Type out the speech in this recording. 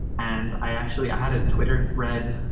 and i actually had a twitter thread